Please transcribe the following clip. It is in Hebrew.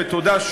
ותודה,